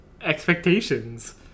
expectations